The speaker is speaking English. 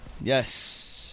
Yes